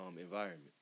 environment